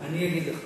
אני אגיד לך.